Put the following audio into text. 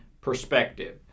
perspective